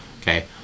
okay